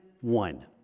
one